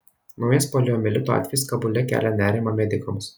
naujas poliomielito atvejis kabule kelia nerimą medikams